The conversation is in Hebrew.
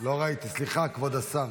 סליחה, כבוד השר,